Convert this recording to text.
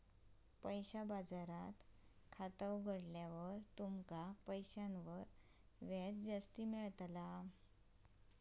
पैसा बाजारात खाता उघडल्यार तुमका पैशांवर व्याज जास्ती मेळताला